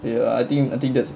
ya I think I think that's